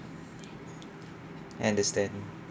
I understand